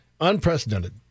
Unprecedented